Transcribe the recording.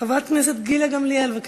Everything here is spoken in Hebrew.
חברת הכנסת גילה גמליאל, בבקשה.